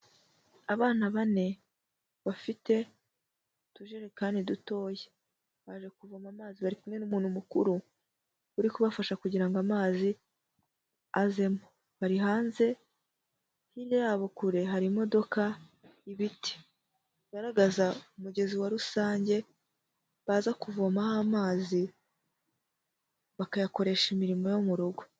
Abana bane bafite utujerekani dutoya. Baje kuvoma amazi bari kumwe n'umuntu mukuru uri kubafasha kugira ngo amazi azemo. Bari hanze, hirya yabo kure hari imodoka n'ibiti, bigaragaza umugezi wa rusange baza kuvomaho amazi bakayakoresha imirimo yo mu rugo.